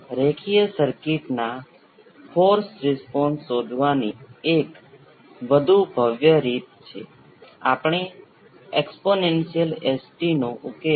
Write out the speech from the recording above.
હવે ચાલો હું બીજી સર્કિટ લઉં જેમાં ઇન્ડક્ટરદ્વારા કરંટ અથવા રેઝિસ્ટરમાં વોલ્ટેજ વગેરે